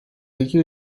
iki